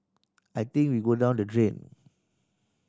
I think we'd go down the drain